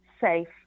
safe